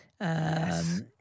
Yes